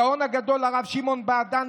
הגאון הגדול הרב שמעון בעדני,